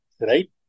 right